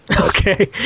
okay